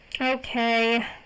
Okay